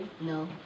No